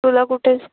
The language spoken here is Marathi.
तुला कुठे